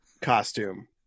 costume